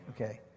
okay